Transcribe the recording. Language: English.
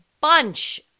bunch